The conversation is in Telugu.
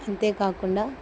అంతేకాకుండా